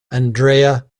andrea